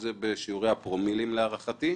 זה בשיעורי הפרומילים להערכתי.